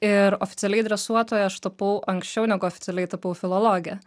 ir oficialiai dresuotoja aš tapau anksčiau negu oficialiai tapau filologe